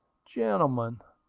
gentlemen,